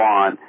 on